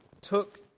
took